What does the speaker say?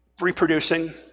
reproducing